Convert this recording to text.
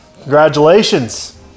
congratulations